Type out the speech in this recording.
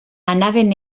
anaven